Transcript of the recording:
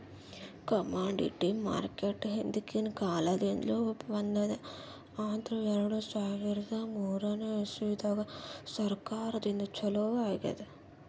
commodity market ಹಿಂದ್ಕಿನ್ ಕಾಲದಿಂದ್ಲು ಬಂದದ್ ಆದ್ರ್ ಎರಡ ಸಾವಿರದ್ ಮೂರನೇ ಇಸ್ವಿದಾಗ್ ಸರ್ಕಾರದಿಂದ ಛಲೋ ಆಗ್ಯಾದ್